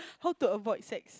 how to avoid sex